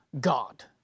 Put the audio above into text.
god